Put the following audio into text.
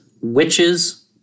witches